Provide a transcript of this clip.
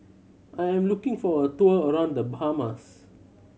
I am looking for a tour around The Bahamas